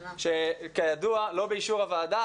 שכידוע לא באישור הוועדה,